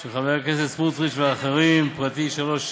התשע"ז 2017, של חברי הכנסת סמוטריץ ואחרים, הצעת